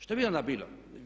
Što bi onda bilo?